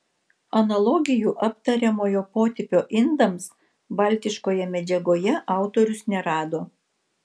analogijų aptariamojo potipio indams baltiškoje medžiagoje autorius nerado